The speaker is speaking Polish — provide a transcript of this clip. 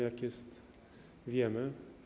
Jak jest, wiemy.